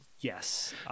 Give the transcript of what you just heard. yes